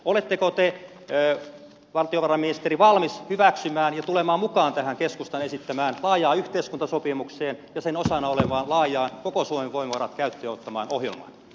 oletteko te valtiovarainministeri valmis hyväksymään tämän ja tulemaan mukaan tähän keskustan esittämään laajaan yhteiskuntasopimukseen ja sen osana olevaan laajaan koko suomen voimavarat käyttöön ottavaan ohjelmaan